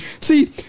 See